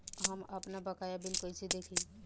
हम आपनबकाया बिल कइसे देखि?